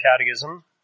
Catechism